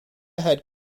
had